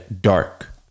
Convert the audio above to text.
Dark